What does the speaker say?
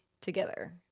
together